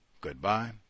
Goodbye